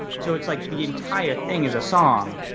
so it's like the entire thing is a song.